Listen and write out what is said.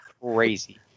Crazy